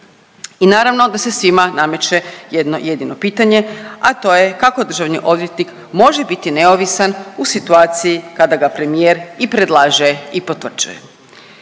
I naravno da se svima nameće jedno jedino pitanje, a to je kako državni odvjetnik može biti neovisan u situaciji kada ga premijer i predlaže i potvrđuje.